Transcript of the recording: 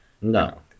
No